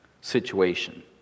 situation